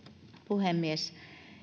puhemies